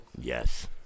Yes